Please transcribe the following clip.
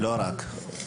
לא רק.